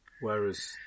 Whereas